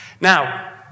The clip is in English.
Now